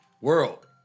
World